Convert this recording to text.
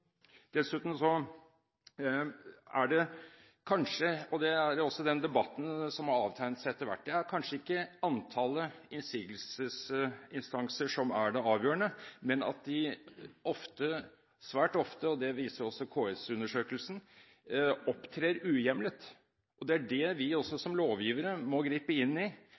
Dessuten – og det er også den debatten som har avtegnet seg etter hvert – er det kanskje ikke antallet innsigelsesinstanser som er det avgjørende, men at de svært ofte, som også KS-undersøkelsen viser, opptrer uhjemlet. Det er det vi som lovgivere må gripe inn i,